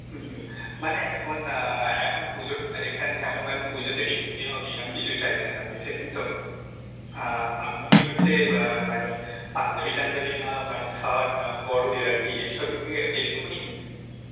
হুম হুম মানে এখন এখন পুজোর কালেকশান যেমন মানে পুজোতে বিক্রি হবে এরকম কিছু চাইছেন আপনি সেটাই তো আপনি কি হচ্ছে মানে পাঞ্জাবি টাঞ্জাবি বা শার্ট বড়দের আর কি এই সবই বি এসবও নিতে